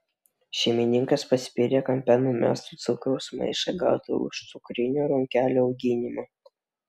šeimininkas paspyrė kampe numestą cukraus maišą gautą už cukrinių runkelių auginimą